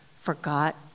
forgot